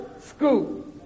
school